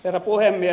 herra puhemies